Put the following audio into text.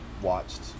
watched